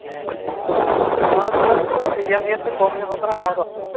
ᱟᱫᱚ ᱚᱱᱟ ᱥᱤᱡᱤᱱ ᱤᱭᱟᱹ ᱛᱮ ᱠᱚᱢ ᱧᱚᱜ ᱟᱠᱟᱱᱟ ᱱᱚᱣᱟ ᱫᱚ